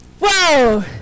Whoa